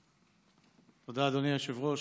תודה, אדוני היושב-ראש.